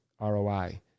roi